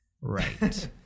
right